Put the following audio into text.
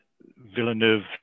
Villeneuve